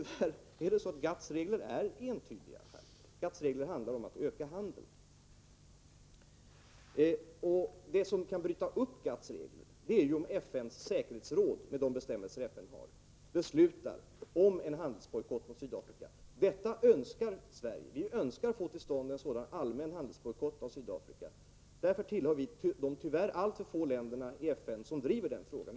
GATT:s regler är tyvärr entydiga, Oswald Söderqvist. Det handlar om att öka handeln. Det som kan bryta upp GATT:s regler är om FN:s säkerhetsråd med de bestämmelser FN har beslutar om en handelsbojkott mot Sydafrika. Detta önskar Sverige. Vi önskar få till stånd en sådan allmän handelsbojkott mot Sydafrika. Därför tillhör vi de tyvärr alltför få länderna i FN som driver den frågan.